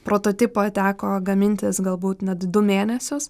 prototipą teko gamintis galbūt net du mėnesius